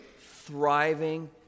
thriving